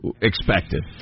expected